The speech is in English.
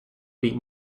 being